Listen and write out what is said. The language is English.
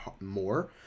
more